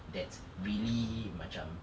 that's really macam